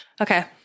Okay